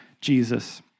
Jesus